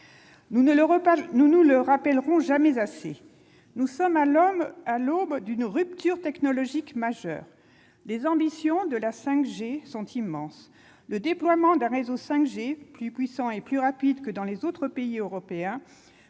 Nous ne le rappellerons jamais assez : nous sommes à l'aube d'une rupture technologique majeure. Les ambitions de la 5G sont immenses. Le déploiement d'un tel réseau plus puissant et plus rapide que dans les autres pays européens